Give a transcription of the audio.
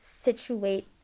situate